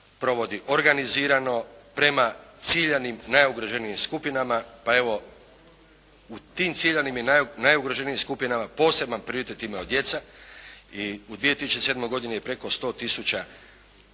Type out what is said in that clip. provodi organizirano prema ciljanim najugroženijim skupinama pa evo u tim ciljanim i najugroženijim skupinama poseban prioritet imaju djeca i u 2007. godini je preko 100